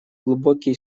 глубокие